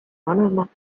vanema